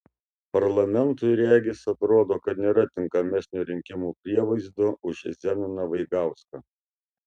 parlamentui regis atrodo kad nėra tinkamesnio rinkimų prievaizdo už zenoną vaigauską